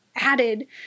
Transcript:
added